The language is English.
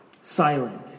silent